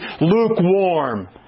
lukewarm